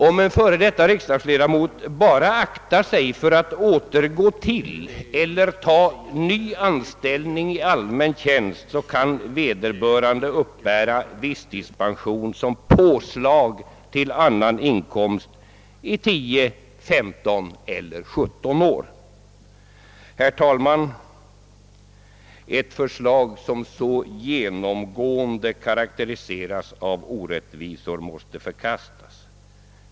Om en f.d. riksdagsman bara aktar sig för att återgå till eller ta ny anställning i allmän tjänst, så kan vederbörande uppbära livstidspension som påslag till annan inkomst i 10, 15 eller 17 år. Herr talman! Ett förslag som så genomgående karakteriseras av orättvisor måste förkastas.